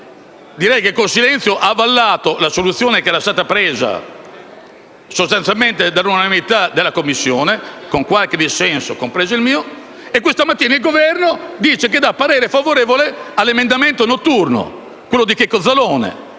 anzi, con il silenzio ha avallato la soluzione che era stata presa sostanzialmente all'unanimità dalla Commissione, con qualche dissenso, compreso il mio - e questa mattina il Sottosegretario dà parere favorevole all'emendamento notturno, quello di Checco Zalone: